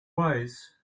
wise